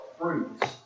fruits